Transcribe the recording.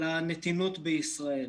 הנתינות בישראל.